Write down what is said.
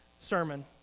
sermon